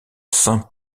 saint